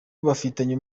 bafitanye